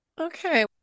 Okay